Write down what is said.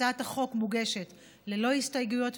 הצעת החוק מוגשת ללא הסתייגויות,